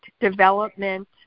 development